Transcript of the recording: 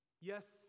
Yes